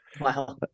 Wow